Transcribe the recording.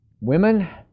women